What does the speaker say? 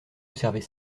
observer